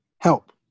help